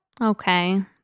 Okay